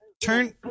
turn